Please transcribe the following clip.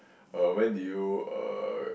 uh when did you uh